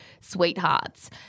sweethearts